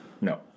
no